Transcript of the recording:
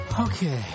Okay